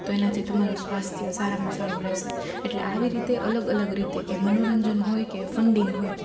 તો એનાથી તમારું સ્વાસ્થ્ય સારામાં સારું રહેશે એટલે આવી રીતે અલગ અલગ રીતે એ મનોરંજન હોય કે ફંડીંગ હોય